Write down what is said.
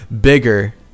bigger